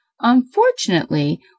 unfortunately